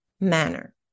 manner